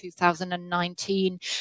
2019